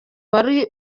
wari